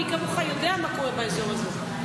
מי כמוך יודע מה קורה באזור הזה.